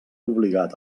obligat